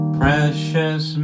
precious